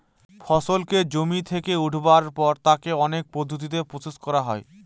ফসলকে জমি থেকে উঠাবার পর তাকে অনেক পদ্ধতিতে প্রসেস করা হয়